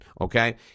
okay